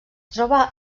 troba